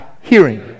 hearing